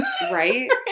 Right